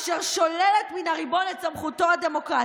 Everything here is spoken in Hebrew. אשר שוללת מן הריבון את סמכותו הדמוקרטית,